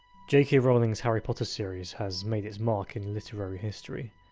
jk yeah rowling's harry potter series has made its mark in literary history.